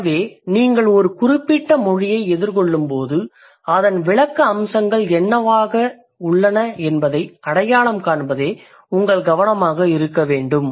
எனவே நீங்கள் ஒரு குறிப்பிட்ட மொழியை எதிர்கொள்ளும்போது அதன் விளக்க அம்சங்கள் என்ன என்பதை அடையாளம் காண்பதில் கவனமாக இருக்கவேண்டும்